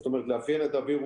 זאת אומרת לאפיין את הווירוס,